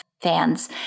fans